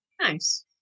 Nice